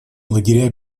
лагеря